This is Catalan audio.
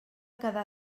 quedar